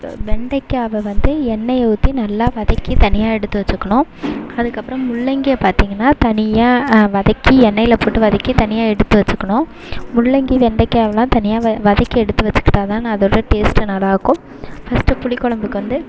வெண்டைக்காவை வந்து எண்ணெயை ஊற்றி நல்லா வதக்கி தனியாக எடுத்து வச்சுக்கணும் அதுக்கப்புறம் முள்ளங்கியை பார்த்திங்கனா தனியாக வதக்கி எண்ணெயில் போட்டு வதக்கி தனியாக எடுத்து வச்சுக்கணும் முள்ளங்கி வெண்டைக்காவலாம் தனியாக வதக்கி எடுத்து வச்சுக்கிட்டாதான் அதோட டேஸ்ட் நல்லாயிருக்கும் ஃபர்ஸ்ட்டு புளிக்குழம்புக்கு வந்து